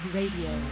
Radio